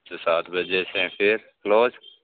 अच्छा सात बजे से फिर क्लोज़